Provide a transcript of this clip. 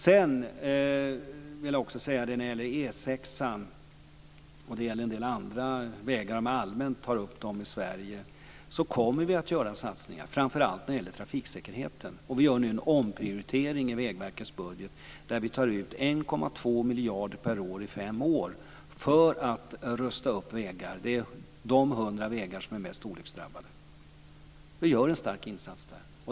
Låt mig sedan ta upp E 6:an och en del andra vägar i Sverige rent allmänt. Vi kommer att göra satsningar på dem, framför allt när det gäller trafiksäkerheten. Vi gör nu en omprioritering i Vägverkets budget där vi tar ut 1,2 miljarder per år i fem år för att rusta upp de 100 vägar som är mest olycksdrabbade. Vi gör en starkt insats där.